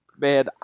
man